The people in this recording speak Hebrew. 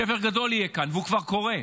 שבר גדול יהיה כאן, והוא כבר קורה.